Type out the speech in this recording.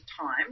time